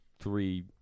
three